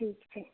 ठीक छै